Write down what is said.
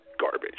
garbage